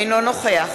אינו נוכח